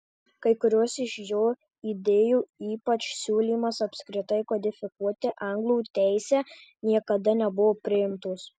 kai kurios iš jo idėjų ypač siūlymas apskritai kodifikuoti anglų teisę niekada nebuvo priimtos